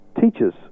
teachers